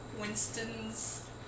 Winston's